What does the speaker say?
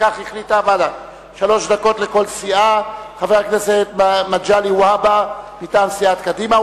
לכל סיעה מטעם סיעת קדימה,